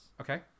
okay